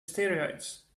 steroids